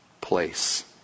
place